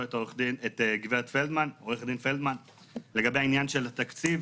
את עורכת הדין פלדמן לגבי העניין של התקציב